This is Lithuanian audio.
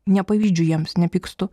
nepavydžiu jiems nepykstu